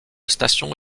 station